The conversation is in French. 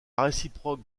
réciproque